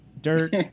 dirt